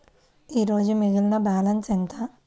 ఈరోజు మిగిలిన బ్యాలెన్స్ ఎంత?